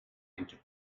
into